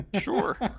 Sure